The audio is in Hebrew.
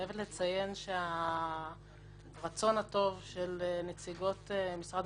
אני חייבת לציין שהרצון הטוב של נציגות משרד